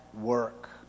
work